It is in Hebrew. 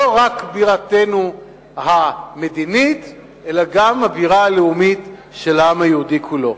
לא רק בירתנו המדינית אלא גם הבירה הלאומית של העם היהודי כולו.